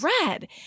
red